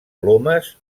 plomes